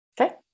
Okay